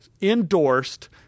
endorsed